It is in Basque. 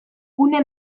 gune